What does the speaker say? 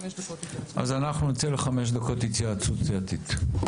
אז אנחנו נצא לחמש דקות התייעצות סיעתית.